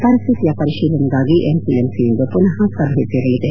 ಪರಿಸ್ಥಿತಿಯ ಪರಿಶೀಲನೆಗಾಗಿ N C M C ಇಂದು ಪುನಃ ಸಭೆ ಸೇರಲಿದೆ